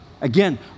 Again